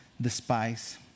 despise